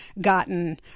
gotten